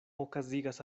okazigas